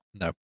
no